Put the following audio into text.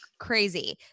crazy